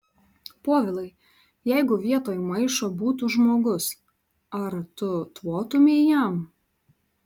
povilai jeigu vietoj maišo būtų žmogus ar tu tvotumei jam